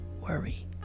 worry